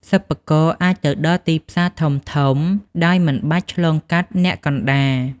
សិប្បករអាចទៅដល់ទីផ្សារធំៗដោយមិនបាច់ឆ្លងកាត់អ្នកកណ្តាល។